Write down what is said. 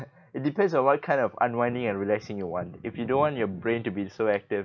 it depends on what kind of unwinding and relaxing you want if you don't want your brain to be so active